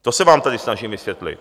To se vám tady snažím vysvětlit.